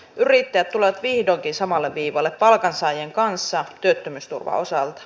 yrittäjät tulevat vihdoinkin samalle viivalle palkansaajien kanssa työttömyysturvan osalta